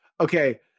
Okay